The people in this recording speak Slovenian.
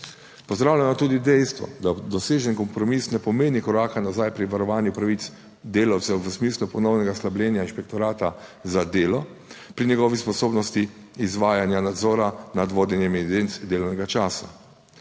Pozdravljamo tudi dejstvo, da dosežen kompromis ne pomeni koraka nazaj pri varovanju pravic delavcev v smislu ponovnega slabljenja Inšpektorata za delo pri njegovi sposobnosti izvajanja nadzora nad vodenjem evidence delovnega časa.